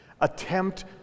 Attempt